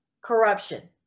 corruption